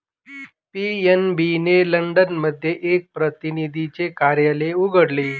PNB ने London मध्ये एक प्रतिनिधीचे कार्यालय उघडले